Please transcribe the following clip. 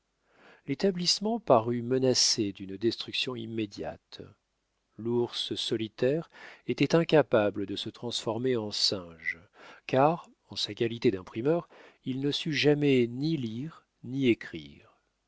l'établissement parut menacé d'une destruction immédiate l'ours solitaire était incapable de se transformer en singe car en sa qualité d'imprimeur il ne sut jamais ni lire ni écrire